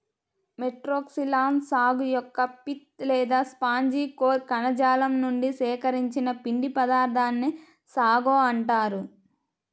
Metroxylon సాగు యొక్క pith లేదా స్పాంజి కోర్ కణజాలం నుండి సేకరించిన పిండి పదార్థాన్నే సాగో అంటారు